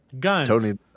Tony